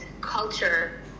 culture